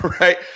right